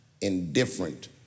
indifferent